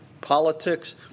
politics